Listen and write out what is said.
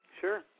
Sure